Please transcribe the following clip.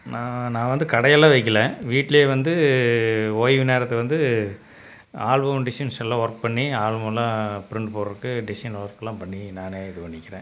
நான் நான் வந்து கடையெல்லாம் வைக்கலை வீட்டுலையே வந்து ஓய்வு நேரத்தை வந்து ஆல்பம் டிசைன்ஸ் எல்லாம் ஒர்க் பண்ணி ஆல்பம்லாம் ப்ரின்ட் போடுறதுக்கு டிசைன் ஒர்க்லாம் பண்ணி நானே இது பண்ணிக்குறேன்